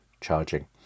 charging